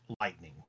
Lightning